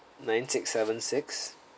nine six seven six